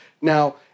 Now